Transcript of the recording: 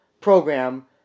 program